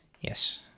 yes